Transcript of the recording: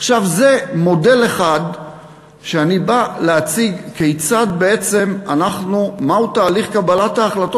זה מודל אחד שאני בא להציג לגבי מהו תהליך קבלת ההחלטות